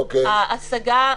לגבי ההשגה,